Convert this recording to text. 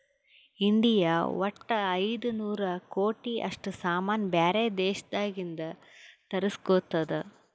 India ವಟ್ಟ ಐಯ್ದ ನೂರ್ ಕೋಟಿ ಅಷ್ಟ ಸಾಮಾನ್ ಬ್ಯಾರೆ ದೇಶದಿಂದ್ ತರುಸ್ಗೊತ್ತುದ್